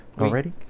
already